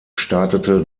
startete